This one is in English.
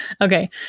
Okay